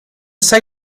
say